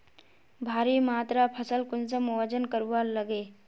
भारी मात्रा फसल कुंसम वजन करवार लगे?